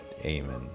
Amen